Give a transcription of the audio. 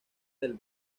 del